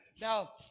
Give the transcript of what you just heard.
Now